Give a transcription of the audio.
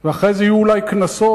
ואחרי זה יהיו אולי קנסות.